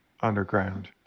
underground